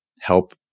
help